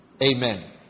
Amen